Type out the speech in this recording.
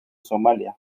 somalia